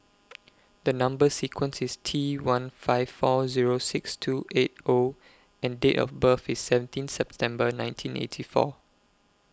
The Number sequence IS T one five four Zero six two eight O and Date of birth IS seventeen September nineteen eighty four